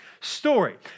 story